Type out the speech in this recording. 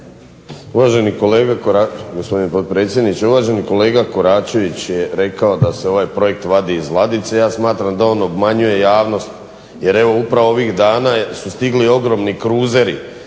Uvaženi kolega Koračević je rekao da se ovaj projekt vadi iz ladice. Ja smatram da on obmanjuje javnost, jer evo upravo ovih dana su stigli ogromni kruzeri